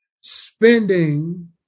spending